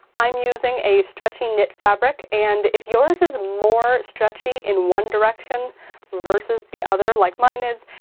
i'm using a stretchy knit fabric. and if yours is more stretchy in one direction versus the other, like mine is,